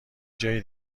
جای